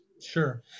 Sure